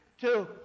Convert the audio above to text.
Two